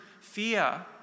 fear